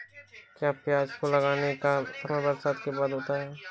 क्या प्याज को लगाने का समय बरसात के बाद होता है?